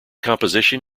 composition